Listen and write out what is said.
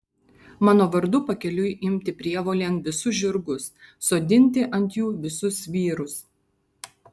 mano vardu pakeliui imti prievolėn visus žirgus sodinti ant jų visus vyrus